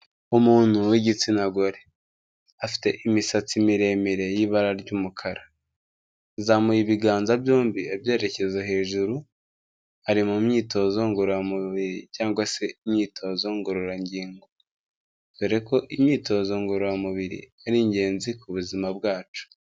Umuntu w'igitsina gore afite imisatsi miremire y'ibara ry'umukara, azamuye ibiganza byombi abyerekeza hejuru, ari mu myitozo ngororamubiri cyangwa se imyitozo ngororangingo, dore ko imyitozo ngororamubiri, ari ingenzi ku buzima bwacu.